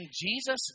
Jesus